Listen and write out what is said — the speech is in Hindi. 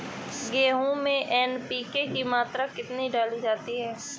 गेहूँ में एन.पी.के की मात्रा कितनी डाली जाती है?